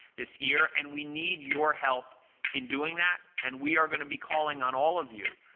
this year, and we need your help in doing that, and we are going to be calling on all of you